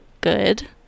good